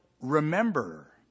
remember